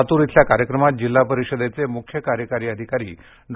लातूर इथल्या कार्यक्रमात जिल्हा परिषदेचे मुख्य कार्यकारी अधिकारी डॉ